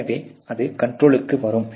எனவே அங்கு அது கண்ட்ரோலுக்கு வரும்